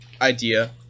idea